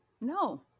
No